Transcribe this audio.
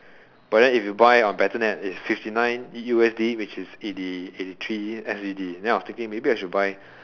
but then if you buy on battle net it is fifty nine S_G_D which is eighty eighty three U_S_D then I was thinking maybe I should buy